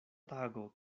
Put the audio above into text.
tago